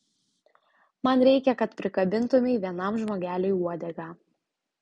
man reikia kad prikabintumei vienam žmogeliui uodegą